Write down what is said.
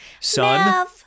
Son